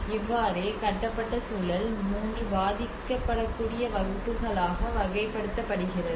இவ்வாறே கட்டப்பட்ட சூழல் 3 பாதிக்கப்படக்கூடிய வகுப்புகளாக வகைப்படுத்தப்படுகிறது